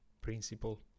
principle